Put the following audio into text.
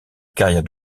carrière